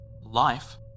life